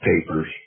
papers